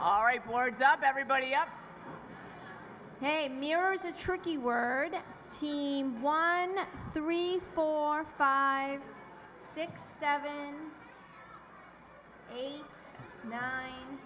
words up everybody up hey mirrors a tricky word team one three four five six seven eight nine